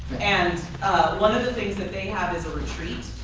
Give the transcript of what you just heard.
and one of the things that they have is a retreat,